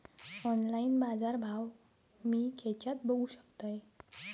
Online बाजारभाव मी खेच्यान बघू शकतय?